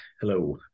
hello